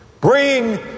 Bring